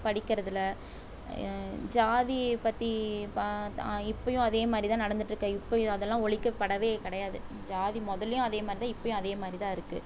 படிக்கிறதுல ஜாதி பற்றி இப்பயும் அதே மாதிரிதான் நடந்துகிட்டு இருக்கு இப்பயும் அதல்லாம் ஒழிக்கப்படவே கிடையாது ஜாதி முதல்லையும் அதே மாதிரிதான் இப்பயும் அதே மாதிரிதான் இருக்கு